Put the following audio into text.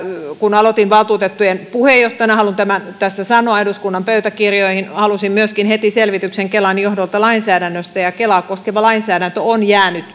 kun aloitin valtuutettujen puheenjohtajana haluan tämän nyt tässä sanoa eduskunnan pöytäkirjoihin halusin heti myöskin selvityksen kelan johdolta lainsäädännöstä kelaa koskeva lainsäädäntö on jäänyt